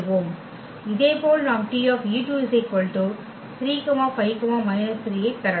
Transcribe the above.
இதேபோல் நாம் T 35 −3 பெறலாம்